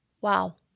wow